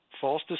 false